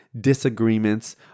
disagreements